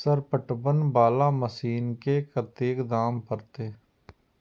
Sir पटवन वाला machine के कतेक दाम परतें?